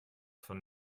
von